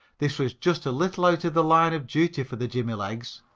this was just a little out of the line of duty for the jimmy legs,